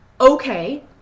okay